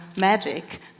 magic